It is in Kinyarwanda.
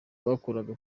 bakoraga